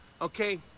okay